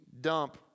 dump